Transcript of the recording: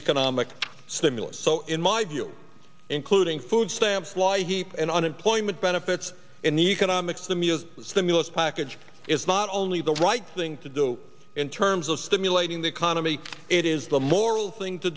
economic stimulus in my view including food stamps law heap and unemployment benefits in the economic stimulus stimulus package is not only the right thing to do in terms of stimulating the economy it is the moral thing to